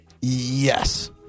Yes